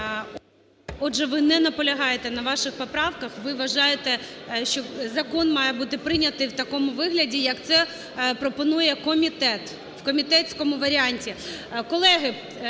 Отже, ви не наполягаєте на ваших поправках, ви вважаєте, що закон має бути прийнятий в такому вигляді, як це пропонує комітет, в комітетському варіанті.